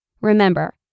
Remember